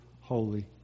holy